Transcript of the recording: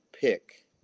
pick